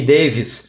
Davis